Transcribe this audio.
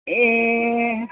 ए